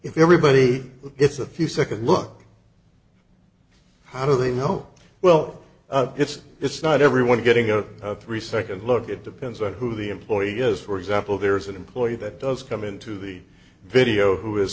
if everybody gets a few nd look how do they know well it's it's not everyone getting a three nd look it depends on who the employee is for example there's an employee that does come into the video who is